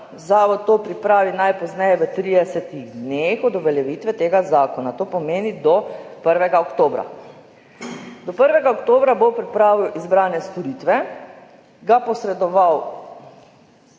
zavod to pripravi najpozneje v 30 dneh od uveljavitve tega zakona. To pomeni do 1. oktobra. Do 1. oktobra bo pripravil izbrane storitve, posredoval